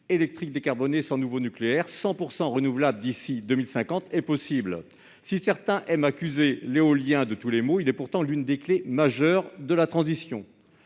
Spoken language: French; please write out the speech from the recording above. électrique décarboné, sans nouveau nucléaire, 100 % renouvelable, d'ici à 2050, est possible ! Si certains aiment accuser l'éolien de tous les maux, il est pourtant l'une des clés majeures de la transition.